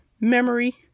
memory